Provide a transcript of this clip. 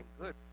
good